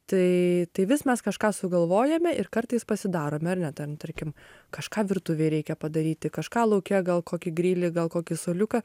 tai tai vis mes kažką sugalvojame ir kartais pasidarome ar ne ten tarkim kažką virtuvei reikia padaryti kažką lauke gal kokį grilį gal kokį suoliuką